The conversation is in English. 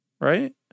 Right